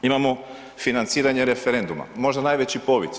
Imamo financiranje referenduma, možda najveći povici.